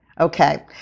Okay